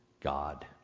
God